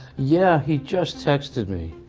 yeah, he just texted me.